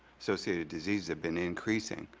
associated diseases have been increasing,